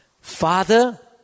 Father